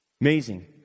Amazing